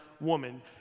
woman